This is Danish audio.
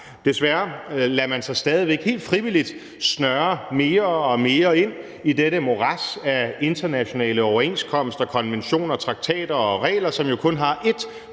Desværre lader man sig stadig væk helt frivilligt snøre mere og mere ind i dette morads af internationale overenskomster, konventioner, traktater og regler, som jo kun har ét